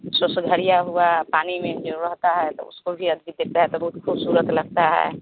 हुआ पानी में जो रहता है तो उसको भी आदमी देखता है तो बहुत ही खूबसूरत लगता है